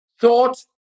thought